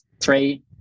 three